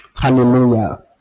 Hallelujah